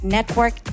Network